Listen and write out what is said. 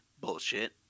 bullshit